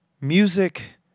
music